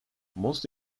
most